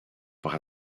par